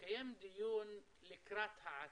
ונקיים דיון לקראת העתיד,